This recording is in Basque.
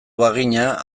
bagina